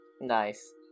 Nice